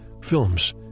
films